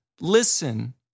listen